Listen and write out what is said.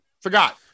Forgot